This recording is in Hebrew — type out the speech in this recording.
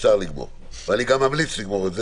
לחוק סמכויות מיוחדות להתמודדות עם נגיף הקורונה החדש (הוראת שעה),